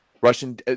Russian